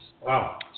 Wow